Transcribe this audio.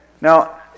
now